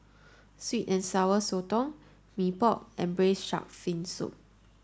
sweet and sour sotong Mee Pok and braise shark fin soup